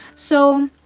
so,